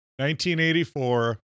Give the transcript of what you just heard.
1984